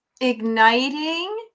igniting